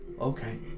okay